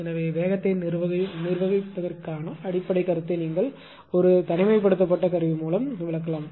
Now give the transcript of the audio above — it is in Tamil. எனவே வேகத்தை நிர்வகிப்பதற்கான அடிப்படைக் கருத்தை நீங்கள் ஒரு தனிமைப்படுத்தப்பட்ட கருவி மூலம் விளக்கலாம்